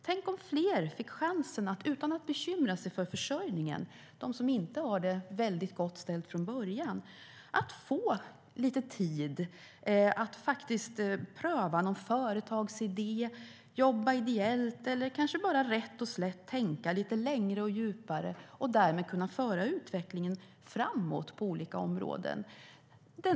Tänk, om fler fick chansen - och att de som inte har det så gott ställt från början inte behövde bekymra sig över sin försörjning - att få lite tid till att pröva en företagsidé, jobba ideellt eller kanske bara rätt och slätt tänka lite längre och djupare och därmed föra utvecklingen framåt på olika områden.